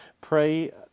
pray